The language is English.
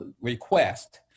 request